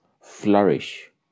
flourish